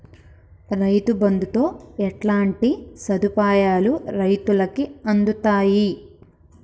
రైతు బంధుతో ఎట్లాంటి సదుపాయాలు రైతులకి అందుతయి?